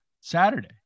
Saturday